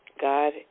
God